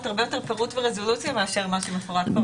הרבה יותר טובות ברזולוציה מאשר מה שמפורט.